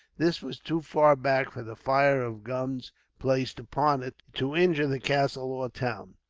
this was too far back for the fire of guns placed upon it to injure the castle or town.